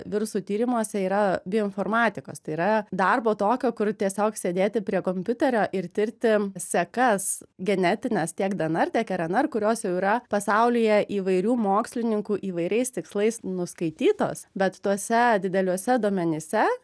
virusų tyrimuose yra bioinformatikos tai yra darbo tokio kur tiesiog sėdėti prie kompiuterio ir tirti sekas genetines tiek dnr tiek rnr kurios jau yra pasaulyje įvairių mokslininkų įvairiais tikslais nuskaitytos bet tuose dideliuose duomenyse